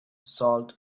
salt